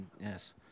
yes